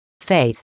faith